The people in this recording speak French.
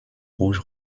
rouge